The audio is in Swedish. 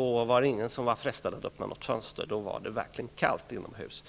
Estland var ingen frestad att öppna något fönster -- då var det verkligen kallt inomhus.